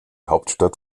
hauptstadt